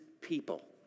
people